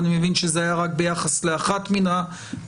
אני מבין שזה היה רק ביחס לאחת מן הדיירות.